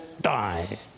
die